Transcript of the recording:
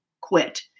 quit